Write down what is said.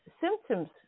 symptoms